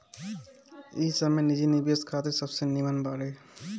इ समय निजी निवेश खातिर सबसे निमन बाटे